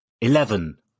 Eleven